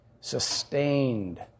sustained